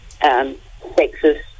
sexist